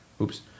Oops